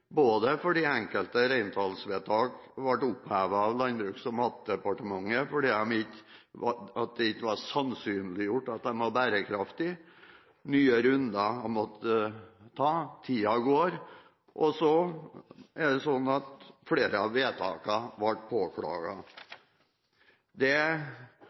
både fordi enkelte reintallsvedtak ble opphevet av Landbruks- og matdepartementet fordi det ikke var sannsynliggjort at de var bærekraftige – nye runder har en måttet ta, og tiden går – og fordi flere av vedtakene ble påklaget. Det